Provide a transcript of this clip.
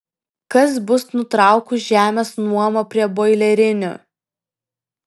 kas bus nutraukus žemės nuomą prie boilerinių